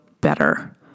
better